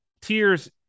tears